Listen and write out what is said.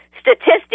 statistics